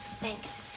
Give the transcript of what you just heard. Thanks